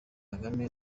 kagame